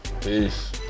Peace